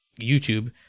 YouTube